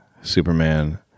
Superman